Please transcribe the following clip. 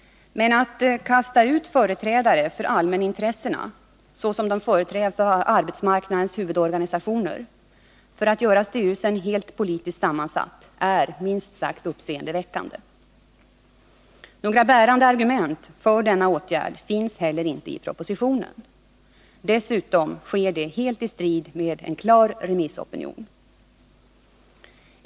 Men att kasta ut företrädare för allmänintressena — vilka ju representeras av arbetsmarknadens huvudorganisationer — för att göra styrelsen helt politiskt sammansatt är minst sagt uppseendeväckande. Några bärande argument för denna åtgärd finns inte i propositionen. Dessutom sker det helt i strid med en klar remissopinion.